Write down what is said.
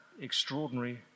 extraordinary